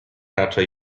raczej